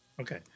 Okay